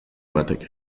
batek